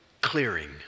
clearing